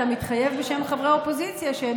אתה מתחייב בשם חברי האופוזיציה שהם